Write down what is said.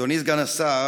אדוני סגן השר,